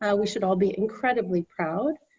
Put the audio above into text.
ah we should all be incredibly proud,